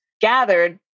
gathered